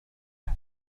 تحب